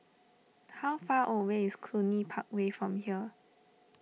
how far away is Cluny Park Way from here